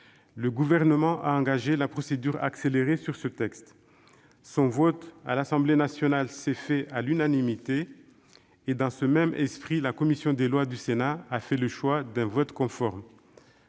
le Gouvernement a engagé la procédure accélérée sur ce texte. Celui-ci a été voté à l'Assemblée nationale à l'unanimité. Dans le même esprit, la commission des lois du Sénat a fait le choix d'un vote conforme.